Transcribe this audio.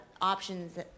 options